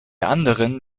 anderen